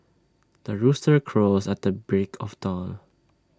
the rooster crows at the break of dawn